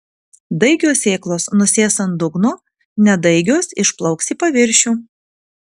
daigios sėklos nusės ant dugno nedaigios išplauks į paviršių